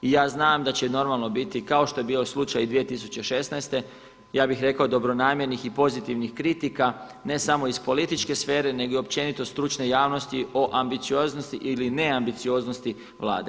I ja znam da će normalno biti, kao što je bio slučaj i 2016., ja bih rekao dobronamjernih i pozitivnih kritika, ne samo iz političke sfere nego i općenito stručne javnosti o ambicioznosti ili neambicioznosti Vlade.